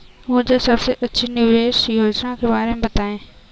मुझे सबसे अच्छी निवेश योजना के बारे में बताएँ?